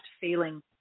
feeling